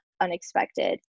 unexpected